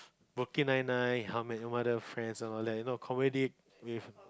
Brooklyn Nine-Nine How I Met Your Mother Friends and all that you know comedy if